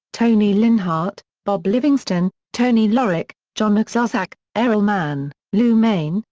toni linhart, bob livingstone, tony lorick, john maczuzak, errol mann, lew mayne,